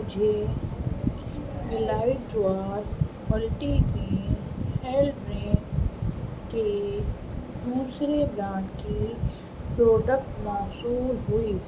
مجھے میلائٹ jowar multigrain health drink کے دوسرے برانڈ کی پروڈکٹ موصول ہوئی